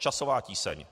Časová tíseň.